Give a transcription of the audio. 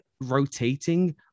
rotating